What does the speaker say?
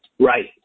Right